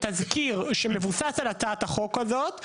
תזכיר שמבוסס על הצעת החוק הזאת.